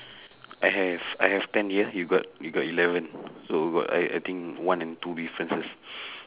I have I have ten here you got you got eleven so we got I I think one and two differences